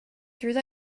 through